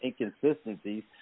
inconsistencies